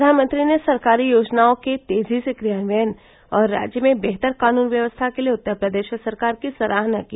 प्रधानमंत्री ने सरकारी योजनाओं के तेजी से क्रियान्वयन और राज्य में बेहतर कानून व्यवस्था के लिए उत्तर प्रदेश सरकार की सराहना की